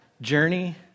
journey